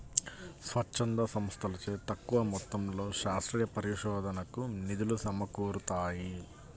స్వచ్ఛంద సంస్థలచే తక్కువ మొత్తంలో శాస్త్రీయ పరిశోధనకు నిధులు సమకూరుతాయి